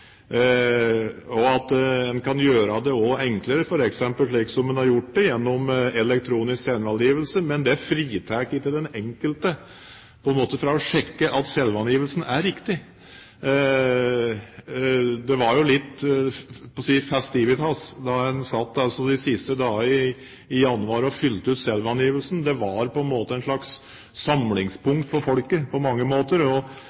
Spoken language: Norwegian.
og at man også kan gjøre det enklere, f.eks. slik som man har gjort det gjennom elektronisk selvangivelse, men det fritar ikke den enkelte for å sjekke at selvangivelsen er riktig. Det var jo litt – jeg holdt på å si – festivitas da man satt de siste dagene i januar og fylte ut selvangivelsen. Det var på mange måter et slags samlingspunkt for folket, og